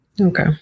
Okay